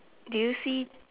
do you see